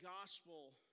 gospel